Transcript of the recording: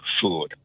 food